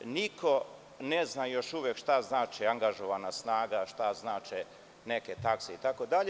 Niko ne zna još uvek šta znači – angažovana snaga, šta znače neke takse itd.